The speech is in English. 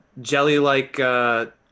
jelly-like